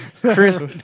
Chris